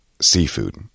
seafood